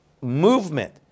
movement